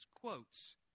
quotes